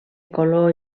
color